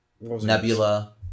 Nebula